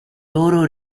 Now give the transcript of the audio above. loro